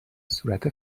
صورت